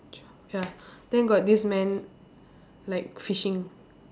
twelve ya then got this man like fishing